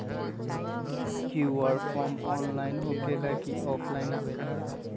QR form online होकेला कि offline आवेदन?